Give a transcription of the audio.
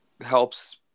helps